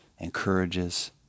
encourages